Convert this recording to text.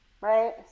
right